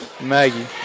Maggie